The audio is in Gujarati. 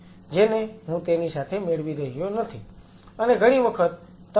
જેને હું તેની સાથે મેળવી રહ્યો નથી અને ઘણી વખત તમે પણ